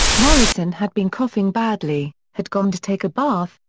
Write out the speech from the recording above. morrison had been coughing badly, had gone to take a bath,